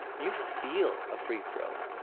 you feel a free throw.